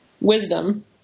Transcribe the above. wisdom